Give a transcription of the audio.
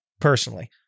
personally